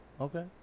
okay